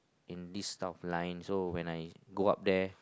in this type of line so when I go up there